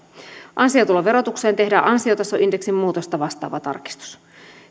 ansiotuloverotukseen tehdään ansiotasoindeksin muutosta vastaava tarkistus